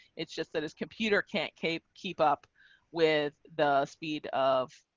it's just that his computer can't keep keep up with the speed of